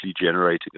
generating